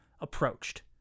approached